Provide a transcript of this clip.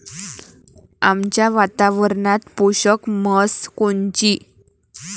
आमच्या वातावरनात पोषक म्हस कोनची?